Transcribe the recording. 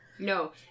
No